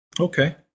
okay